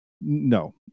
No